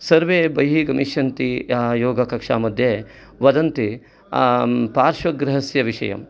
सर्वे बहिः गमिष्यन्ति या योगकक्षामध्ये वदन्ति पार्श्व गृहस्य विषयम्